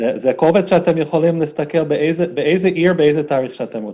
זה קובץ שאנחנו יכולים להסתכל לפי איזו עיר ואיזה תאריך שאתם רוצים.